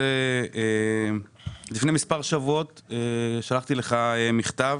לפני מספר שבועות שלחתי לך מכתב.